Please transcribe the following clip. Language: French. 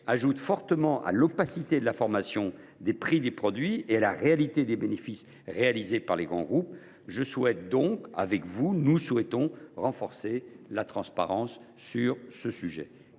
fortement à l’opacité sur la formation des prix des produits et sur la réalité des bénéfices réalisés par les grands groupes. Je souhaite donc, comme vous, renforcer la transparence sur ce sujet.